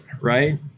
right